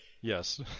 Yes